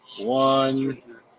one